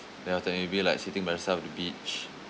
then after it'll be like sitting by yourself at the beach